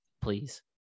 Please